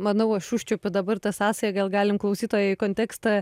manau aš užčiuopiu dabar tą sąsają gal galim klausytojai kontekstą